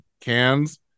cans